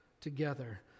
together